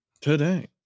today